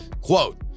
Quote